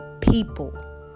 people